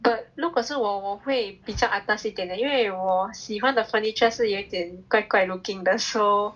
but 如果是我我会比较 atas 一点的因为我喜欢的 furniture 是有点怪怪 looking 的 so